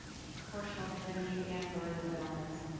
yeah, proportional to the need and burden of illness.